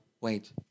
wait